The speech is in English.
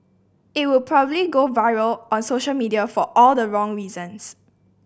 it would probably go viral on social media for all the wrong reasons